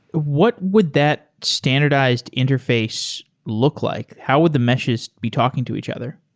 what would that standardized interface look like? how would the meshes be talking to each other?